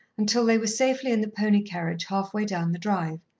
until they were safely in the pony-carriage half-way down the drive.